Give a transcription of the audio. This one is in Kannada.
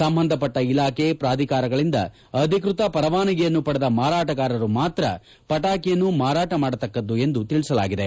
ಸಂಬಂಧಪಟ್ಟ ಇಲಾಖೆ ಪ್ರಾಧಿಕಾರಗಳಿಂದ ಅಧಿಕೃತ ಪರವಾನಗಿಯನ್ನು ಪಡೆದ ಮಾರಾಟಗಾರರು ಮಾತ್ರ ಪಟಾಕಿಯನ್ನು ಮಾರಾಟ ಮಾಡತಕ್ಕದ್ದು ಎಂದು ತಿಳಿಸಲಾಗಿದೆ